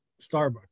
Starbucks